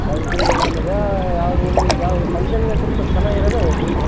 quality ಮೇಲಿದಾ ಯಾವ್ದು ಯಾವ್ದು ಪಂಕ್ಷನ್ನಿಗೆ ಅಂತೀರಿ ಸ್ವಲ್ಪ ಚೆನ್ನಾಗಿರೋದೆ ಒಯ್ಯಿರಿ